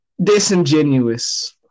disingenuous